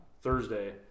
Thursday